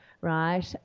right